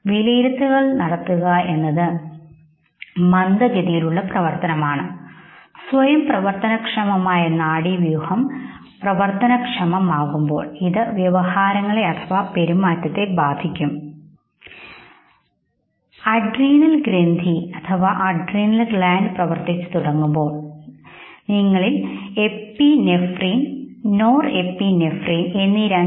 വിലയിരുത്തൽ നടത്തുക എന്നത് മന്ദഗതിയിലുള്ള പ്രക്രിയയാണ് സ്വയം പ്രവത്തനക്ഷമമായ നാഡീവ്യൂഹം പ്രവർത്തനക്ഷമമാകുമ്പോൾ ഇത് നമ്മുടെ വ്യവഹാരങ്ങളെ അഥവാ പെരുമാറ്റത്തെ ബാധിക്കും അഡ്രീനൽ ഗ്രന്ഥി പ്രവൃത്തിച്ചു തുടങ്ങുമ്പോൾ നിങ്ങൾക്ക് epinephrine nor epinephrine Epinephrine Nor epinephrine